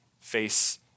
face